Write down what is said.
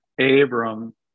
Abram